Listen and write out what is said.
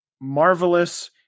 Marvelous